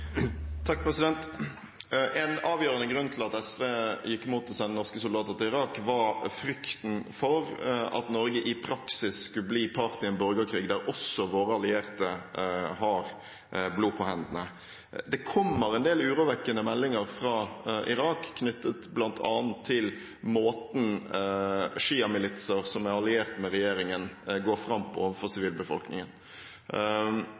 En avgjørende grunn til at SV gikk imot å sende norske soldater til Irak, var frykten for at Norge i praksis skulle bli part i en borgerkrig der også våre allierte har blod på hendene. Det kommer en del urovekkende meldinger fra Irak, bl.a. knyttet til måten sjiamilitser som er allierte med regjeringen, går fram på overfor sivilbefolkningen.